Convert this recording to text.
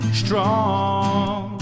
strong